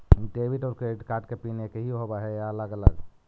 Debit और credit card के PIN एकही होव हइ या अलग अलग?